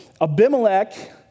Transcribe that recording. Abimelech